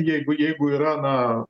jeigu jeigu yra na